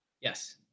Yes